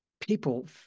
people